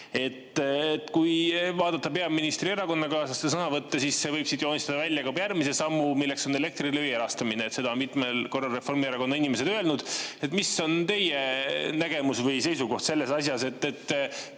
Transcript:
Kui vaadata peaministri erakonnakaaslaste sõnavõtte, siis võib siit joonistada välja ka järgmise sammu, milleks on Elektrilevi erastamine. Seda on mitmel korral Reformierakonna inimesed öelnud. Mis on teie nägemus või seisukoht selles asjas,